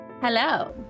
Hello